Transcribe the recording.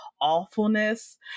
Awfulness